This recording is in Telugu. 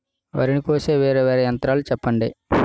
వరి ని కోసే వేరా వేరా యంత్రాలు చెప్పండి?